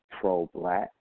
pro-black